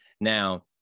Now